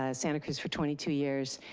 ah santa cruz for twenty two years.